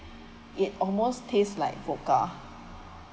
it almost taste like vodka